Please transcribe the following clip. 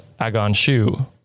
Agonshu